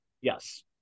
Yes